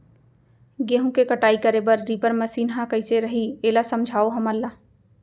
गेहूँ के कटाई करे बर रीपर मशीन ह कइसे रही, एला समझाओ हमन ल?